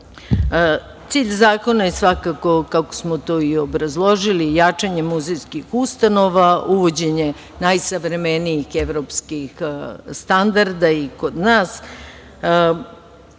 nama. Cilj zakona je svako, kako smo to i obrazložili, jačanje muzejskih ustanova, uvođenje najsavremenijih evropskih standarda i kod nas.